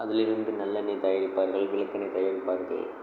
அதிலிருந்து நல்லெண்ணெய் தயாரிப்பார்கள் விளக்கெண்ணெய் தயாரிப்பார்கள்